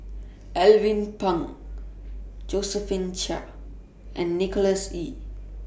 Alvin Pang Josephine Chia and Nicholas Ee